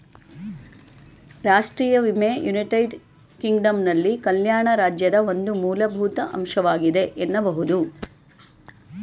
ರಾಷ್ಟ್ರೀಯ ವಿಮೆ ಯುನೈಟೆಡ್ ಕಿಂಗ್ಡಮ್ನಲ್ಲಿ ಕಲ್ಯಾಣ ರಾಜ್ಯದ ಒಂದು ಮೂಲಭೂತ ಅಂಶವಾಗಿದೆ ಎನ್ನಬಹುದು